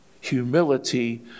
Humility